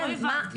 לא הבנתי.